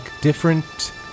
different